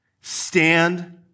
Stand